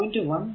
അത് 0